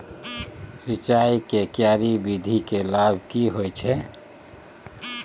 सिंचाई के क्यारी विधी के लाभ की होय छै?